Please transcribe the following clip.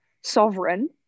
sovereign